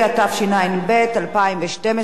התשע"ב 2012,